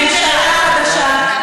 ממשלה חדשה,